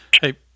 Hey